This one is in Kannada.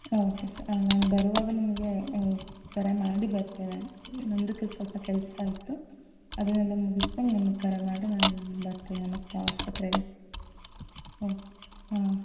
ಓಕೆ ಸರ್ ನಾನು ಬರುವಾಗ ನಿಮಗೆ ನಿಮ್ಗೆ ಕರೆ ಮಾಡಿ ಬರ್ತೇನೆ ನಮ್ದುಕ್ಕೆ ಸ್ವಲ್ಪ ಕೆಲಸ ಇತ್ತು ಅದನ್ನೆಲ್ಲ ಮುಗಸ್ಕೊಂಡು ನಿಮಗೆ ಕರೆ ಮಾಡಿ ನಾನು ಬರ್ತೇನೆ ಮತ್ತೆ ಆಸ್ಪತ್ರೆಗೆ ಓಕೆ ಹಾಂ